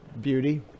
Beauty